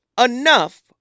enough